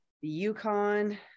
Yukon